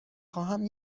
خواهم